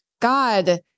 God